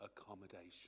accommodation